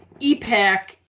EPAC